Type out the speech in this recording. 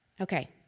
Okay